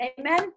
Amen